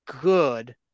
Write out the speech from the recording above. good